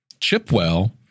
Chipwell